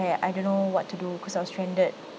I don't know what to do cause I was stranded